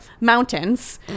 Mountains